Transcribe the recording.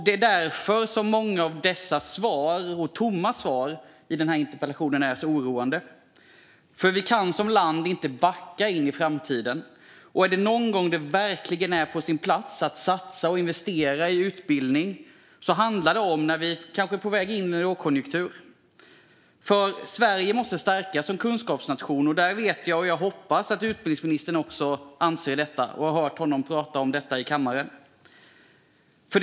Det är därför många av de tomma svaren på interpellationen är så oroande. Vi kan inte som land backa in i framtiden. Om det är någon gång det verkligen är på sin plats att satsa och investera i utbildning är det när vi kanske är på väg in i en lågkonjunktur. Sverige måste stärkas som kunskapsnation. Jag har hört utbildningsministern prata om detta i kammaren och hoppas att han också anser det.